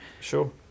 Sure